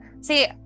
See